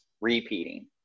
repeating